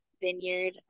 vineyard